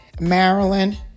Maryland